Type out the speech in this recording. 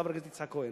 חבר הכנסת יצחק כהן,